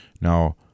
Now